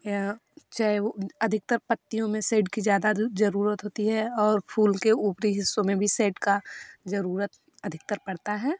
या चाहे वो अधिकतर पत्तियों में शेड की ज़्यादा जरूरत होती है और फूल के ऊपरी हिस्सों में भी शेड का जरूरत अधिकतर पड़ता है